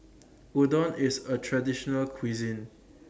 Udon IS A Traditional Cuisine